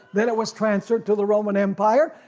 then it was transferred to the roman empire,